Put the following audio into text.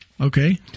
Okay